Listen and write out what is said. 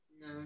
No